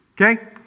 Okay